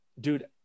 dude